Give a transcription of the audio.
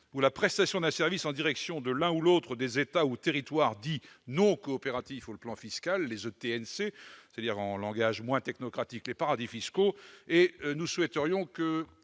ou la prestation d'un service en direction de l'un ou l'autre des États ou territoires dits « non coopératifs » sur le plan fiscal, les ETNC, c'est-à-dire, en langage moins technocratique, les « paradis fiscaux ». Nous préférerions que